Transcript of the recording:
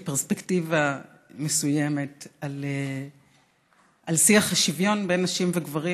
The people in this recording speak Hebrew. פרספקטיבה מסוימת על שיח השוויון בין נשים וגברים,